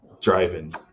driving